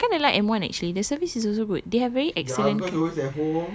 ya I kind of like M one actually their service is also good they have very excellent